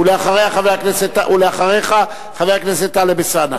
אחריך, חבר הכנסת טלב אלסאנע.